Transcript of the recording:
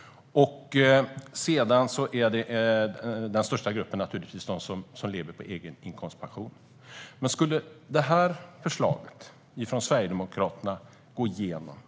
Den största gruppen är naturligtvis den som lever på inkomstpension. Jag kan upplysa herr Bylund om hur det skulle bli om förslaget från Sverigedemokraterna går igenom.